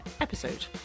episode